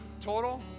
Total